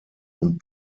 und